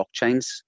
blockchains